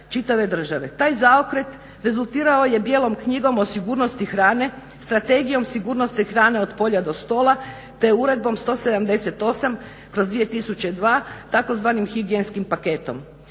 Taj zaokret rezultirao je bijelom knjigom o sigurnosti hrane, strategijom sigurnosti hrane od polja do stola te Uredbom 178/2002. tzv. higijenskim paketom.